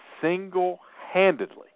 single-handedly